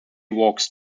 walks